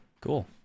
Cool